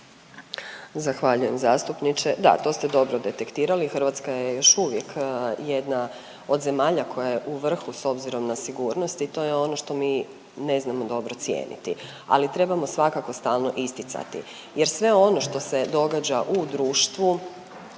Zahvaljujem zastupniče. Da, to ste dobro detektirali. Hrvatska je još uvijek jedna od zemalja koja je u vrhu s obzirom na sigurnost i to je ono što mi ne znamo dobro cijeniti. Ali trebamo svakako stalno isticati, jer sve ono što se događa u društvu